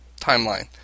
timeline